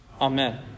Amen